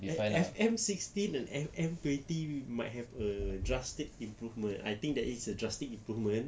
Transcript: F F_M sixteen and F_M twenty might have a drastic improvement I think there is a drastic improvement